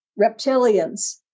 Reptilians